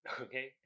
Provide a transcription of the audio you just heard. Okay